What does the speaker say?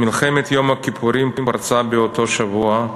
מלחמת יום הכיפורים פרצה באותו שבוע,